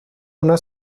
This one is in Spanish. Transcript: una